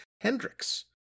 Hendrix